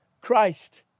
Christ